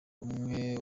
umwe